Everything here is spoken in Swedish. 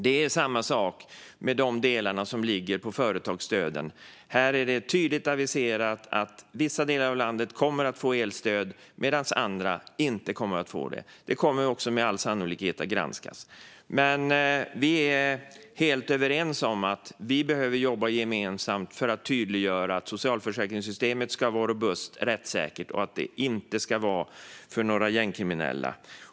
Det är samma sak med det som gäller företagsstöden. Här är det tydligt aviserat att vissa delar av landet kommer att få elstöd medan andra inte kommer att få det. Det kommer också med all sannolikhet att granskas. Men vi är helt överens om att vi behöver jobba gemensamt för att tydliggöra att socialförsäkringssystemet ska vara robust och rättssäkert och att det inte ska vara för några gängkriminella.